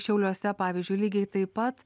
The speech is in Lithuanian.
šiauliuose pavyzdžiui lygiai taip pat